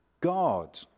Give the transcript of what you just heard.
God